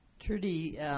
Trudy